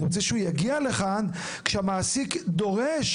אני רוצה שהוא יגיע לכאן כשהמעסיק דורש